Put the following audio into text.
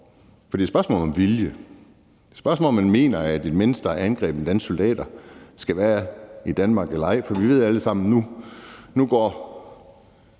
For det er et spørgsmål om vilje. Det er et spørgsmål om, om man mener, at et menneske, der har angrebet danske soldater, skal være i Danmark eller ej. For vi ved alle sammen nu, at nu går